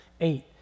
Eight